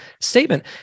statement